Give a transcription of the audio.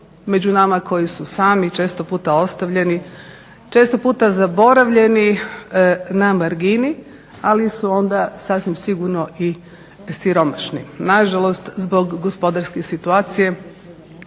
među nama koji su sami, često puta ostavljeni, često puta zaboravljeni na margini ali su onda sasvim sigurno i siromašni. Nažalost zbog gospodarske situacije